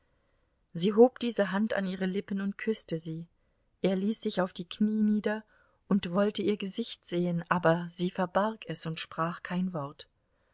sie hob diese hand an ihre lippen und küßte sie er ließ sich auf die knie nieder und wollte ihr gesicht sehen aber sie verbarg es und sprach kein wort